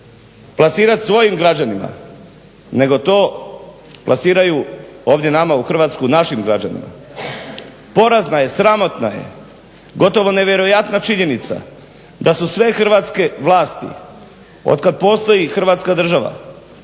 plasirati svojim građanima, nego to plasiraju ovdje nama u Hrvatsku, našim građanima. Porazna je, sramotna je gotovo nevjerojatna činjenica da su sve hrvatske vlasti otkad postoji hrvatska država